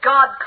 God